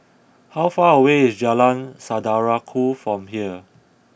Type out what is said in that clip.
how far away is Jalan Saudara Ku from here